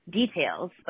details